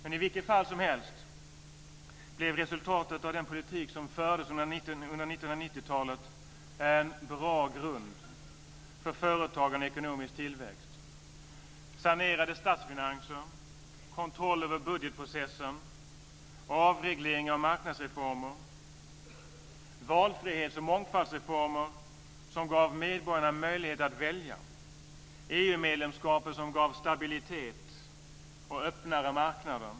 I vilket fall som helst blev resultatet av den politik som fördes under 1990-talet en bra grund för företagande och ekonomisk tillväxt. Det blev sanerade statsfinanser, kontroll över budgetprocessen, avreglering och marknadsreformer, valfrihets och mångfaldsreformer som gav medborgarna möjlighet att välja och EU-medlemskapet som gav stabilitet och öppnare marknader.